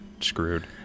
screwed